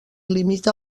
limita